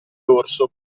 dorso